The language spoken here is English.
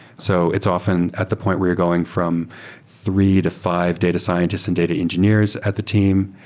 so it's often at the point where you're going from three to five data scientists and data engineers at the team,